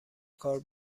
کار